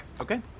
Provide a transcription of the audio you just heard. Okay